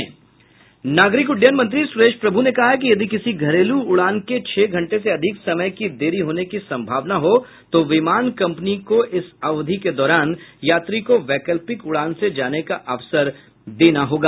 नागरिक उड्डयन मंत्री सुरेश प्रभू ने कहा कि यदि किसी घरेलू उड़ान के छह घंटे से अधिक समय की देरी होने की संभावना हो तो विमान कंपनी को इस अवधि के दौरान यात्री को वैकल्पिक उड़ान से जाने का अवसर देना होगा